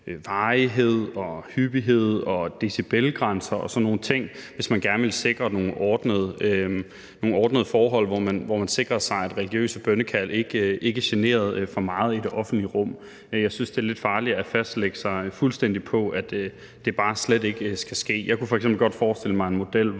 varighed og hyppighed og decibelgrænser og sådan nogle ting, hvis man gerne ville sikre nogle ordnede forhold, så religiøse bønnekald ikke generede for meget i det offentlige rum. Jeg synes, det er lidt farligt at fastlægge sig fuldstændig på, at det bare slet ikke skal ske. Jeg kunne f.eks. godt forestille mig en model,